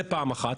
זה פעם אחת.